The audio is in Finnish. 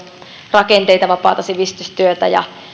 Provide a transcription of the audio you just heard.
rakenteita vapaata sivistystyötä ja